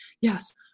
yes